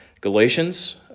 Galatians